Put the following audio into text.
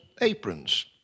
aprons